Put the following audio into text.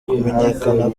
kumenyekana